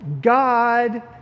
God